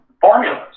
formulas